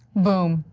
boom.